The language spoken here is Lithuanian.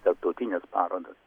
tarptautinės parodos